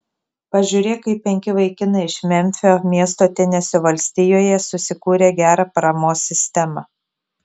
pažiūrėk kaip penki vaikinai iš memfio miesto tenesio valstijoje susikūrė gerą paramos sistemą